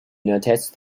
notice